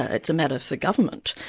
ah it's a matter for government.